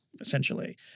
essentially